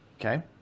Okay